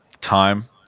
time